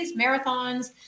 marathons